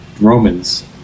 Romans